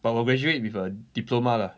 but 我 graduate with a diploma lah